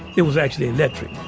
it was actually electric